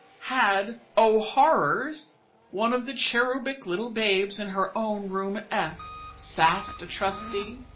had o horrors one of the cherubic little babes in her own room f sauced a trustee?